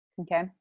Okay